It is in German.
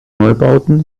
neubauten